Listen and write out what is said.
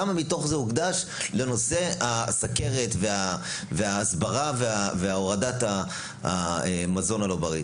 כמה מתוך זה הוקדש לנושא הסוכרת וההסברה והורדת המזון הלא בריא?